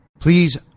Please